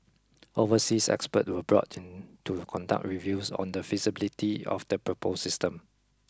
overseas experts were brought in to conduct reviews on the feasibility of the proposed system